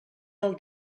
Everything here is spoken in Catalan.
del